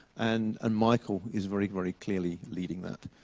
and and michael is very, very clearly leading that.